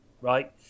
right